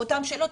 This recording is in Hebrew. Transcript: באותן שאלות,